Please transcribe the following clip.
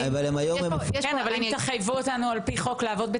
ואם תחייבו אותנו לעבוד על פי חוק לפי